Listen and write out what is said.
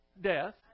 Death